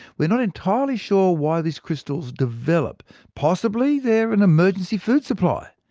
we're not entirely sure why these crystals develop. possibly, they're an emergency food supply.